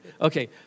Okay